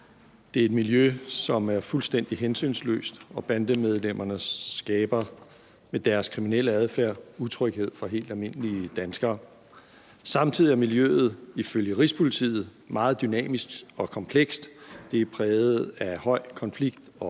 Det er et miljø, som er fuldstændig hensynsløst, og bandemedlemmerne skaber med deres kriminelle adfærd utryghed for helt almindelige danskere. Samtidig er miljøet ifølge Rigspolitiet meget dynamisk og komplekst. Det er præget af høj konflikt- og